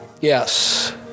Yes